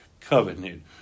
covenant